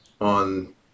on